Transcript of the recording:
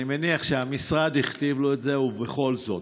אני מניח שהמשרד הכתיב לו את זה, ובכל זאת.